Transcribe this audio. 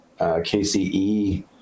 KCE